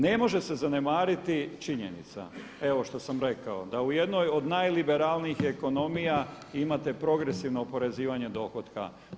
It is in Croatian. Ne može se zanemariti činjenica evo što sam rekao da u jednoj od najliberalnijih ekonomija imate progresivno oporezivanje dohotka.